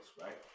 right